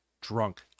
drunk